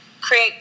create